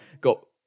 got